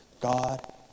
God